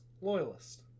loyalist